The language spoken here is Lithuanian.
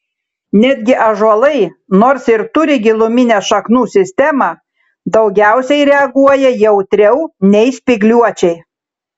netgi ąžuolai nors ir turi giluminę šaknų sistemą daugiausiai reaguoja jautriau nei spygliuočiai